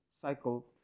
cycle